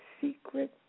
secret